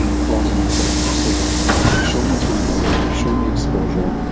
and cause and effect so you've shown the time element, you've shown the exposure,